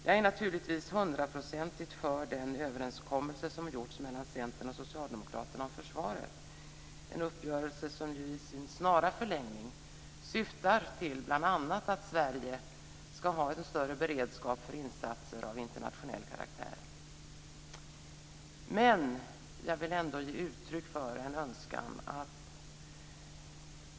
Jag är naturligtvis hundraprocentigt för den överenskommelse som har träffats mellan Centern och Socialdemokraterna om försvaret, en uppgörelse som i sin snara förlängning syftar bl.a. till att Sverige skall ha en större beredskap för insatser av internationell karaktär, men jag vill ändå ge uttryck för en önskan.